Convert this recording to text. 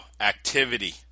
activity